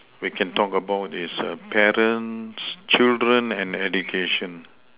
we can talk about is parents children and education